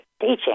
teaching